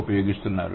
ఉపయోగిస్తున్నారు